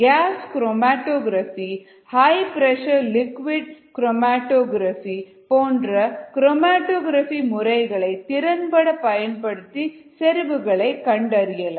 case chromatography high pressure liquid chromatography போன்ற chromatographic முறைகள் திறன்பட பயன்படுத்தி செறிவுகளை கண்டறியலாம்